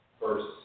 first